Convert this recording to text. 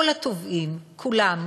כל התובעים כולם,